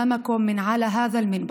לכבוד הוא לי לעמוד מולכם היום מעל במה זו.